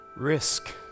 Risk